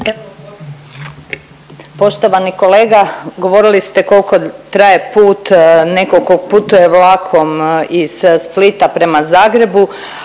Poštovani kolega, govorili ste koliko traje put nekog tko putuje vlakom iz Splita prema Zagrebu.